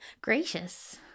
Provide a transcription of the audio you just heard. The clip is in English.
Gracious